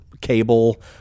cable